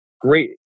great